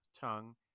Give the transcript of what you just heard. tongue